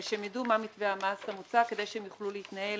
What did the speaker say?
שהם ידעו מה מתווה המס המוצע כדי שהם יוכלו להתנהל